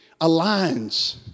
aligns